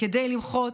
כדי למחות.